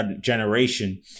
generation